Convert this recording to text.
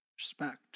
Respect